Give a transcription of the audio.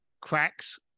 cracks